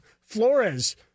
Flores